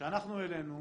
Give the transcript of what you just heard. שאנחנו העלינו,